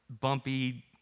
bumpy